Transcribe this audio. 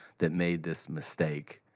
that made this mistake.